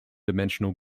dimensional